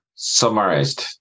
Summarized